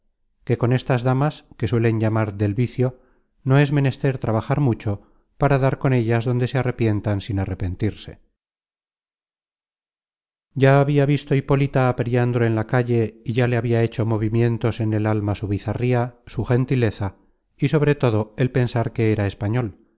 que con estas damas que suelen llamar del vicio no es menester trabajar mucho para dar con ellas donde se arrepientan sin arrepentirse content from google book search generated at ya habia visto hipólita á periandro en la calle y ya le habia hecho movimientos en el alma su bizarría su gentileza y sobre todo el pensar que era español